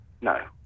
No